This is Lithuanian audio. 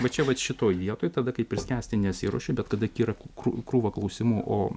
va čia vat šitoj vietoj tada kaip ir skęsti nesiruoši bet tada kyra krūva klausimų o